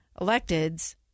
electeds